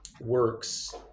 works